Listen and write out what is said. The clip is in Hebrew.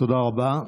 תודה רבה.